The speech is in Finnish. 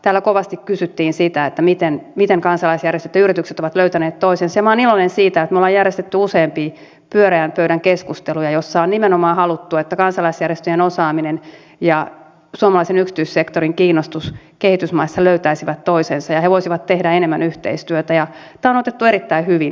täällä kovasti kysyttiin siitä miten kansalaisjärjestöt ja yritykset ovat löytäneet toisensa ja minä olen iloinen siitä että me olemme järjestäneet useampia pyöreän pöydän keskusteluja joissa on nimenomaan haluttu että kansalaisjärjestöjen osaaminen ja suomalaisen yksityissektorin kiinnostus kehitysmaissa löytäisivät toisensa ja he voisivat tehdä enemmän yhteistyötä ja tämä on otettu erittäin hyvin vastaan